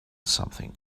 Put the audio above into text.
something